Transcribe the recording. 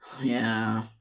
Yeah